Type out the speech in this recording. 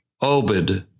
Obed